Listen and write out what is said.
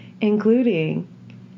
including